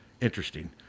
interesting